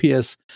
PS